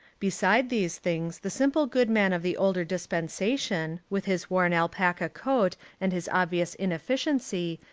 beside these things the simple good man of the older dispensa tion, with his worn alpaca coat and his obvious inefficiency,